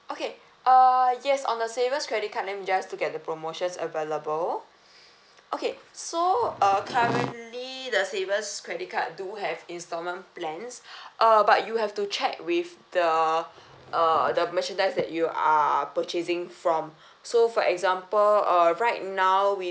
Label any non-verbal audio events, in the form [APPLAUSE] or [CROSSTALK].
okay uh yes on the savers credit card let me just look at the promotions available okay so uh currently the savers credit card do have installment plans [BREATH] uh but you have to check with the uh the merchandise that you are purchasing from so for example uh right now we